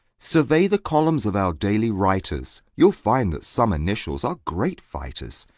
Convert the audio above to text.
survey the columns of our daily writers you'll find that some initials are great fighters.